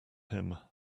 him